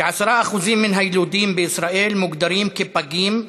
כ-10% מן היילודים בישראל מוגדרים פגים,